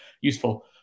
useful